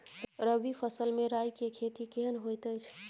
रबी फसल मे राई के खेती केहन होयत अछि?